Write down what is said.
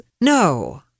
no